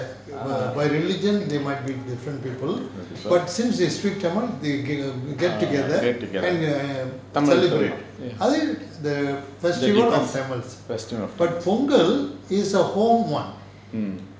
ya get together festival mm